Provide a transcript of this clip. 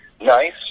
nice